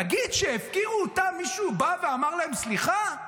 תגיד, כשהפקירו אותם, מישהו בא ואמר להם סליחה?